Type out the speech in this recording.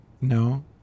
No